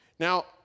Now